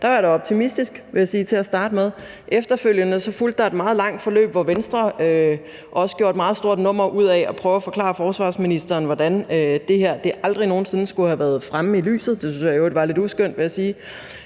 vil jeg sige, til at starte med. Efterfølgende fulgte der et meget langt forløb, hvor Venstre også gjorde et meget stort nummer ud af at prøve at forklare forsvarsministeren, hvordan det her aldrig nogen sinde skulle have været fremme i lyset – det syntes jeg i